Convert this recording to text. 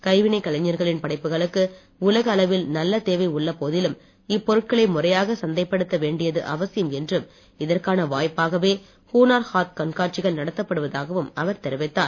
கைவினை கலைஞர்களின் படைப்புகளுக்கு உலக அளவில் நல்ல தேவை உள்ள போதிலும் இப்பொருட்களை முறையாக சந்தைப்படுத்த வேண்டியது அவசியம் என்றும் இதற்கான வாய்ப்பாகவே ஹுனார் ஹாத் கண்காட்சிகள் நடத்தப்படுவதாகவும் அவர் தெரிவித்தார்